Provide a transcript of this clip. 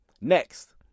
next